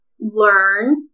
learn